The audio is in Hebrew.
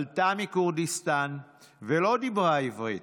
עלתה מכורדיסטן ולא דיברה עברית,